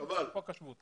ומפעילים את חוק השבות.